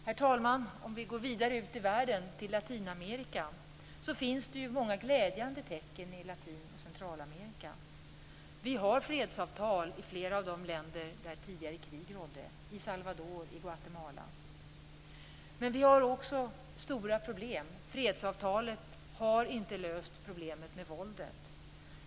Herr talman! Om vi går vidare ut i världen till Latinamerika kan vi konstatera att det finns många glädjande tecken i Latin och Centralamerika. Vi har fredsavtal i flera av de länder där tidigare krig rådde, t.ex. El Salvador och Guatemala. Men vi har också stora problem. Fredsavtalet har inte löst problemet med våldet.